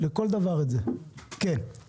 שוק ההון.